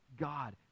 God